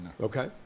Okay